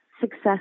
success